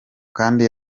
kandi